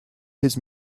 his